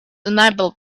unable